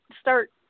start